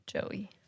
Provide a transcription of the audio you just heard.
Joey